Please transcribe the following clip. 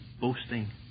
boasting